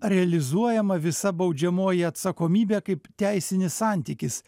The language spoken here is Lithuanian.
realizuojama visa baudžiamoji atsakomybė kaip teisinis santykis